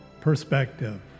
perspective